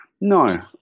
No